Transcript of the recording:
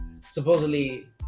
supposedly